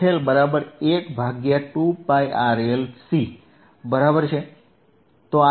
fL બરાબર 1 ભાગ્યા 2πRLC બરાબર છે